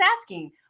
asking